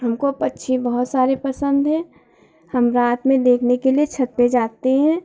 हमको पक्षी बहुत सारे पसन्द हैं हम रात में देखने के लिए छत पर जाते हैं